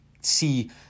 see